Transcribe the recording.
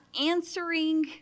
answering